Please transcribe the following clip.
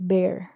Bear